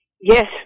Yes